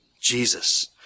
Jesus